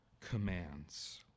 commands